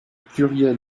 pluriel